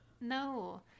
No